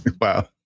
wow